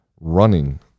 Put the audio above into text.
running